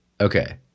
Okay